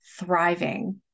thriving